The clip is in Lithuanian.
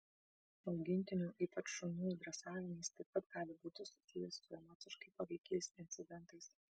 augintinių ypač šunų dresavimas taip pat gali būti susijęs su emociškai paveikiais incidentais